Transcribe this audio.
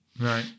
Right